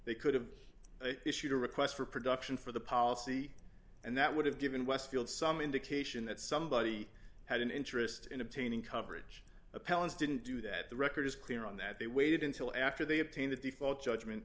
they could have issued a request for production for the policy and that would have given westfield some indication that somebody had an interest in obtaining coverage appellants didn't do that the record is clear on that they waited until after they obtained a default judgment